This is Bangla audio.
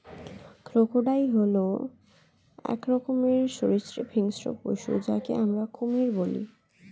ক্রোকোডাইল হল এক রকমের সরীসৃপ হিংস্র পশু যাকে আমরা কুমির বলি